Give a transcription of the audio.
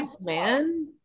man